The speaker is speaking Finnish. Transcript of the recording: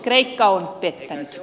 kreikka on pettänyt